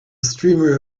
streamer